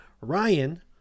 ryan